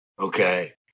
Okay